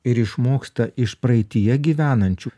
ir išmoksta iš praeityje gyvenančių